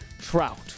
Trout